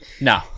No